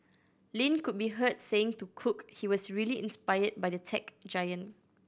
Lin could be heard saying to cook he was really inspired by the tech giant